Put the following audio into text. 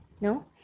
No